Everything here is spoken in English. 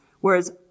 Whereas